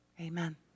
amen